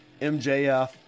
MJF